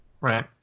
Right